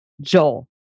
Joel